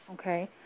okay